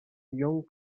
young